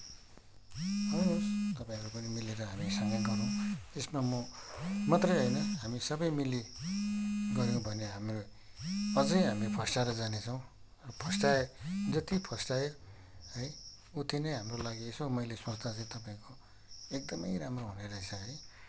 आउनुहोस् तपाईँहरू पनि मिलेर हामीसँगै गरौँ त्यसमा म मात्रै होइन हामी सबै मिलि गऱ्यौँ भने अझै हामी फस्टाएर जाने छौँ फस्टाए जति फस्टाए उति नै हाम्रो लागि चाहिँ यसो मैले सोच्दा चाहिँ तपाईँको एकदमै राम्रो हुने रहेछ है